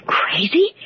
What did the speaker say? crazy